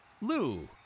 Lou